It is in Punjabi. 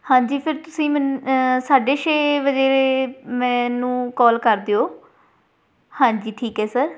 ਹਾਂਜੀ ਫਿਰ ਤੁਸੀਂ ਮਨ ਸਾਡੇ ਛੇ ਵਜੇ ਮੈਨੂੰ ਕੋਲ ਕਰ ਦਿਓ ਹਾਂਜੀ ਠੀਕ ਹੈ ਸਰ